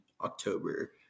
October